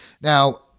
Now